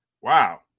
Wow